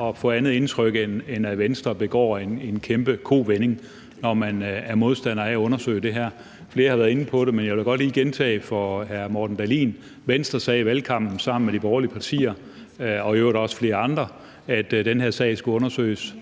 at få andet indtryk, end at Venstre foretager en kæmpe kovending, når man er modstander af at undersøge det her. Flere har været inde på det, men jeg vil da godt lige gentage for hr. Morten Dahlin, at Venstre i valgkampen sammen med de borgerlige partier og i øvrigt også flere andre sagde, at den her sag skulle undersøges.